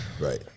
Right